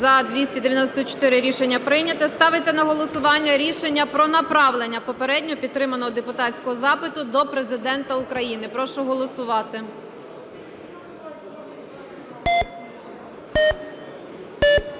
За-294 Рішення прийнято. Ставиться на голосування рішення про направлення попередньо підтриманого депутатського запиту до Президента України. Прошу голосувати.